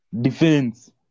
defense